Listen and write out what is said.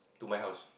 to my house